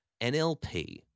NLP